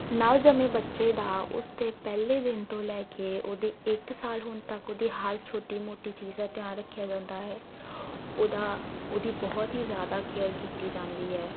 ਨਵਜੰਮੇ ਬੱਚੇ ਦਾ ਉਸ ਦੇ ਪਹਿਲੇ ਦਿਨ ਤੋਂ ਲੈ ਕੇ ਉਹਦੇ ਇੱਕ ਸਾਲ ਹੋਣ ਤੱਕ ਉਹਦੀ ਹਾਲ ਛੋਟੀ ਮੋਟੀ ਚੀਜ਼ ਦਾ ਧਿਆਨ ਰੱਖਿਆ ਜਾਂਦਾ ਹੈ ਉਹਦਾ ਉਹਦੀ ਬਹੁਤ ਹੀ ਜ਼ਿਆਦਾ ਕੇਅਰ ਕੀਤੀ ਜਾਂਦੀ ਹੈ